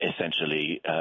essentially